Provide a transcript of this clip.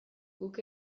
guk